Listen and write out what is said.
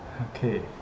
Okay